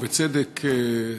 ובצדק,